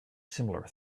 similar